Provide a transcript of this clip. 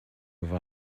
war